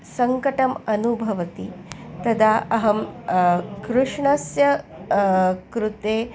सङ्कटम् अनुभवति तदा अहं कृष्णस्य कृते